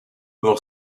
pour